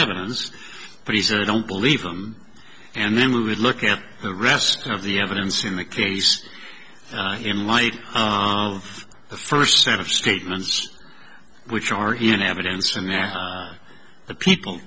evidence but he said i don't believe them and then we would look at the rest of the evidence in the case in light of the first set of statements which are in evidence from their people